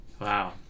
Wow